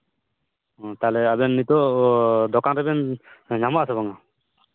ᱦᱩᱸ ᱛᱟᱦᱞᱮ ᱟᱵᱮᱱ ᱱᱤᱛᱳᱜ ᱫᱚᱠᱟᱱ ᱨᱮᱵᱮᱱ ᱧᱟᱢᱚᱜᱼᱟ ᱥᱮ ᱵᱟᱝᱟ